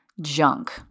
junk